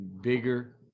bigger